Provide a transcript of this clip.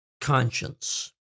conscience